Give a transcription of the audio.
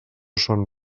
són